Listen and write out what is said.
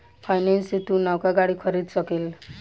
finance से तू नवका गाड़ी खरीद सकेल